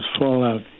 fallout